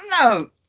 No